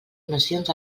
donacions